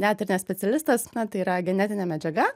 net ir ne specialistas na tai yra genetinė medžiaga